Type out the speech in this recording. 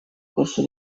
corso